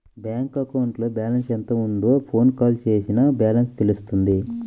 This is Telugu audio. బ్యాంక్ అకౌంట్లో బ్యాలెన్స్ ఎంత ఉందో ఫోన్ కాల్ చేసినా బ్యాలెన్స్ తెలుస్తుంది